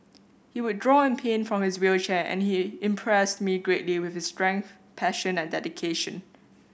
he would draw and paint from his wheelchair and he impressed me greatly with his strength passion and dedication